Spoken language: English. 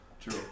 True